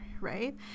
right